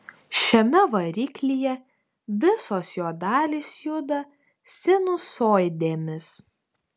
šiame variklyje visos jo dalys juda sinusoidėmis